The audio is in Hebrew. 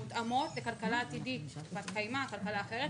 מותאמות לכלכלה עתידית, כלכלה בת קיימא או אחרת.